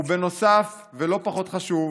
ובנוסף, ולא פחות חשוב,